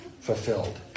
fulfilled